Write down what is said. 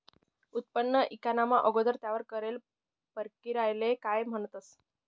उत्पन्न ईकाना अगोदर त्यावर करेल परकिरयाले काय म्हणतंस?